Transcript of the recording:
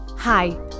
Hi